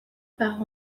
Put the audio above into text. par